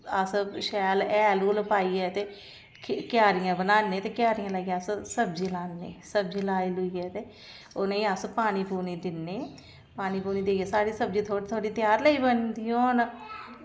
अस शैल हैल हूल पाइयै ते क्या क्यारियां बनान्ने ते क्यारियां लाइयै ते अस सब्जी लान्ने सब्जी लाई लूइयै ते उ'नें गी अस पानी पूनी दिन्ने पानी पूनी देइयै साढ़ी सब्जी थोह्ड़ी थोह्ड़ी त्यार लेई पौंदी होन